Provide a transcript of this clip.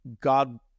God